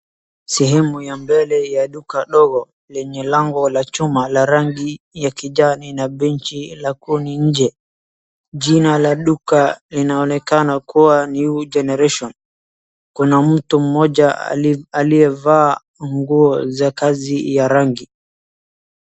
Sehemu ya mbele ya duka ndogo lenye lango la chuma la rangi ya kijani na benchi la kuni inje. Jina la duka linaonekana kuwa New Generation . Kuna mtu mmoja aliyevaa nguo za kazi ya rangi.